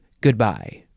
Goodbye